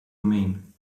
mean